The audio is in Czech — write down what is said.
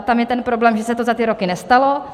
Tam je ten problém, že se to za ty roky nestalo.